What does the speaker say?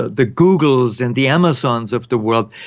ah the googles and the amazons of the world,